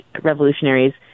revolutionaries